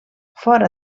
fora